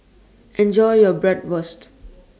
Enjoy your Bratwurst